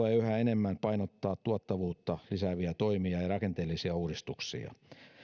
tulee yhä enemmän painottaa tuottavuutta lisääviä toimia ja rakenteellisia uudistuksia